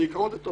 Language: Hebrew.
בעיקרון זה טוב.